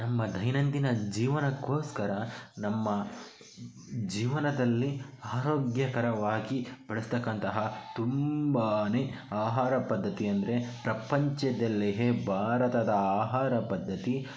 ನಮ್ಮ ದೈನಂದಿನ ಜೀವನಕ್ಕೋಸ್ಕರ ನಮ್ಮ ಜೀವನದಲ್ಲಿ ಆರೋಗ್ಯಕರವಾಗಿ ಬಳಸ್ತಕ್ಕಂತಹ ತುಂಬಾ ಆಹಾರ ಪದ್ದತಿ ಅಂದರೆ ಪ್ರಪಂಚದಲ್ಲೆಯೇ ಭಾರತದ ಆಹಾರ ಪದ್ಧತಿ